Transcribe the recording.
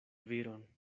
viron